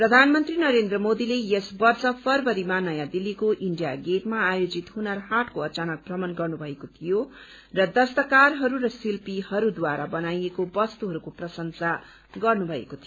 प्रधानमन्त्री नरेन्द्र मोदीले यस वर्ष फरवरीमा नयाँ दिल्लीको इण्डिया गेटमा आयोजित हुनर हाटको अचानक भ्रमण गर्नुभएको थियो र दस्तकारहरू र शिल्पीकारहरूद्वारा बनाइएको वस्तुहरूको प्रशंसा गर्नुभएको थियो